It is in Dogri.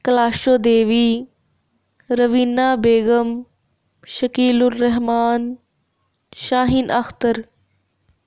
कलाशो देवी रवीना बेगम शकील उर रहमान शाहीन अखतर